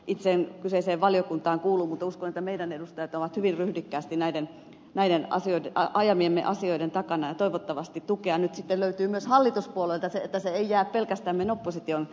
itse en kyseiseen valiokuntaan kuulu mutta uskon että meidän edustajamme ovat hyvin ryhdikkäästi näiden ajamiemme asioiden takana ja toivottavasti tukea nyt sitten löytyy myös hallituspuolelta että se ei jää pelkästään meidän opposition taisteluksi